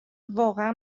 واقعا